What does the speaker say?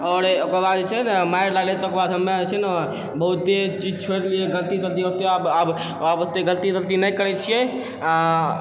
आओर ओकर बाद जे छै ने मारि लागलै तऽ ओकर बाद हमे जे छै ने बहुते चीज छोड़ि देलियै गलती तलती ओते आब आब ओते गलती तलती नहि करै छियै आ